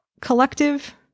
collective